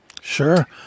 sure